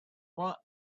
what